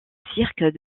cirque